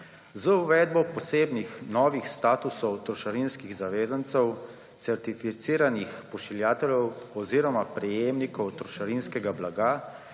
z uvedbo posebnih novih statusov trošarinskih zavezancev certificiranih pošiljateljev oziroma prejemnikov trošarinskega blaga,